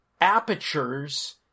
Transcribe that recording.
apertures